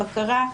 בקרה,